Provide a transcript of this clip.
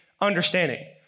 understanding